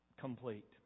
complete